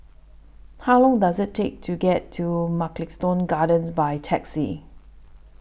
How Long Does IT Take to get to Mugliston Gardens By Taxi